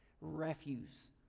Refuse